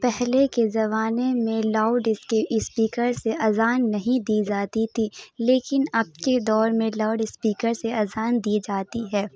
پہلے کے زمانے میں لاؤڈ اسپیکر سے اذان نہیں دی جاتی تھی لیکن اب کے دور میں لاؤڈ اسپیکر سے اذان دی جاتی ہے